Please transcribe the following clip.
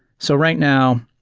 so right now,